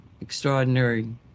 extraordinary